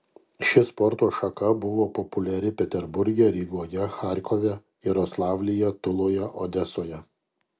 ši sporto šaka buvo populiari peterburge rygoje charkove jaroslavlyje tuloje odesoje